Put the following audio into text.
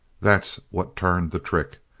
that's what's turned the trick.